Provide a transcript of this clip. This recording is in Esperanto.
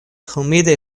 humidaj